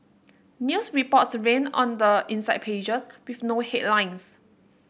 news reports ran on the inside pages with no headlines